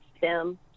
STEM